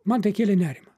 man tai kėlė nerimą